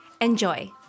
Enjoy